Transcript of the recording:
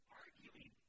arguing